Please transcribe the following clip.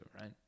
Right